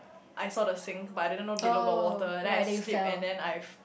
I saw the sink but I didn't know below got water then I slip and then I f~